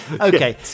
okay